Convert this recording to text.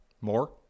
More